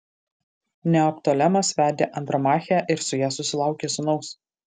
neoptolemas vedė andromachę ir su ja susilaukė sūnaus